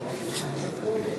ציבוריים והחשיפה לעישון (תיקון,